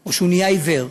או כשהוא נהיה עיוור,